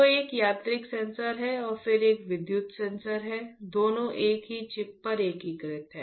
तो एक यांत्रिक सेंसर है और फिर एक विद्युत सेंसर है दोनों एक ही चिप पर एकीकृत हैं